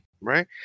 right